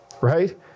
right